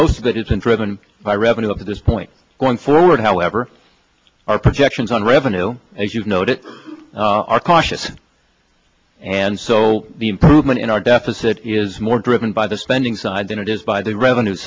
most of it isn't driven by revenue at this point going forward however our projections on revenue as you've noted are cautious and so the improvement in our deficit is more driven by the spending side than it is by the revenue